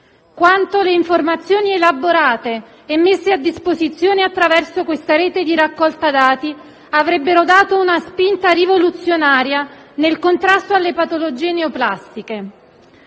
quanto le informazioni elaborate e messe a disposizione attraverso questa rete di raccolta dati avrebbero dato una spinta rivoluzionaria nel contrasto alle patologie neoplastiche;